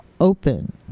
open